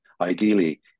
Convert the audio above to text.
ideally